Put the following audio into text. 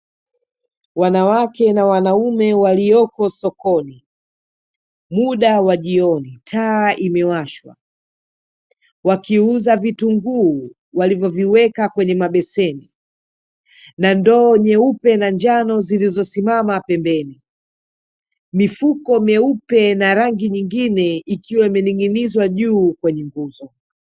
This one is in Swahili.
Wanawake na wanaume waliopo sokoni, muda wa jioni, taa imewashwa, wakiuza vitunguu, walivyoviweka kwenye mabeseni, na ndoo nyeupe na njano zilizosimama pembeni. Mifuko myeupe na rangi nyingine ikiwa imening'nizwa juu kwenye nguzo.